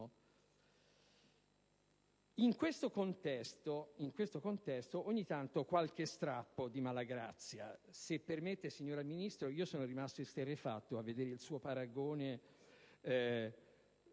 In tale contesto, ogni tanto c'è qualche strappo di malagrazia. Se permette, signora Ministro, sono rimasto esterrefatto dal suo paragone